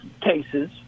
cases